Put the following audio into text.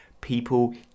people